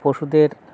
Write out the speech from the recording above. পশুদের